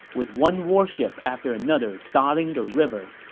with one warship after another dotting the river.